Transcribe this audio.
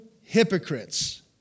hypocrites